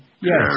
Yes